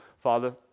Father